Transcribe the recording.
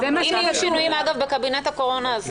אם יהיו שינויים אגב בקבינט הקורונה,